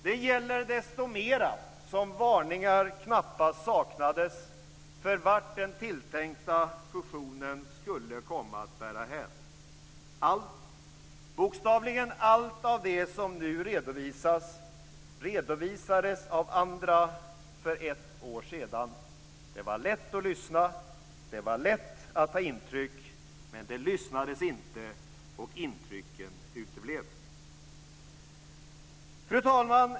Det gäller desto mera som varningar knappast saknades om var den tilltänkta fusionen skulle komma att bära hän. Allt - bokstavligen allt - som nu redovisas redovisades av andra för ett år sedan. Det var lätt att lyssna. Det var lätt att ta intryck. Men det lyssnades inte och intrycken uteblev. Fru talman!